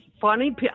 funny